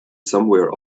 somewhere